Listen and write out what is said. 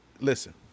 Listen